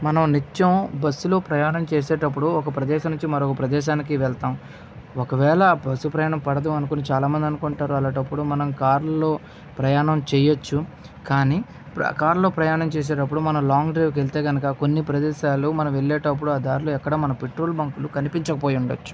మనం నిత్యం బస్సులో ప్రయాణం చేసేటప్పుడు ఒక ప్రదేశం నుంచి మరో ప్రదేశానికి వెళ్తాం ఒకవేళ ఆ బస్సు ప్రయాణం పడదు అనుకుని చాలామంది అనుకుంటారు అలాంటప్పుడు మనం కార్లో ప్రయాణం చెయ్యవచు కానీ కారులో ప్రయాణం చేసేటప్పుడు మనం లాంగ్ డ్రైవ్కి వెళ్తే కనుక కొన్ని ప్రదేశాలు మనం వెళ్ళేటప్పుడు ఆ దారులు ఎక్కడ మన పెట్రోల్ బంకులు కనిపించకపోయి ఉండ వచ్చు